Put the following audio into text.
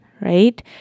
right